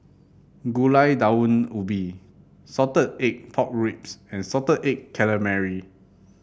Gulai Daun Ubi Salted Egg Pork Ribs and Salted Egg Calamari